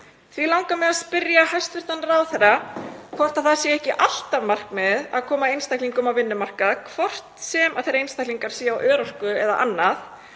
Því langar mig að spyrja hæstv. ráðherra hvort það sé ekki alltaf markmiðið að koma einstaklingum á vinnumarkað, hvort sem þeir einstaklingar eru á örorku eða annað,